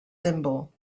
symbol